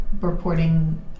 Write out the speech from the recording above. reporting